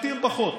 בתים פחות,